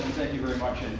you very much.